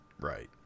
right